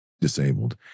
disabled